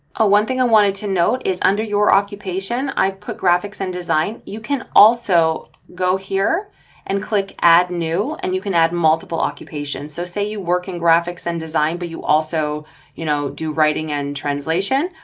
oh, one thing i wanted to note is under your occupation, i put graphics and design. you can also go here and click add new and you can add multiple occupations. so say you work in graphics and design but you also you know do writing and translation.